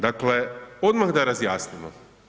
Dakle odmah da razjasnimo.